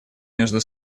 между